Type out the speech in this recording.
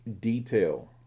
detail